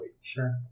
Sure